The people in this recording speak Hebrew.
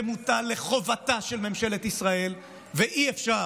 זה בחובתה של ממשלת ישראל ואי-אפשר,